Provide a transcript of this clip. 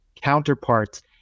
counterparts